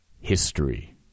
history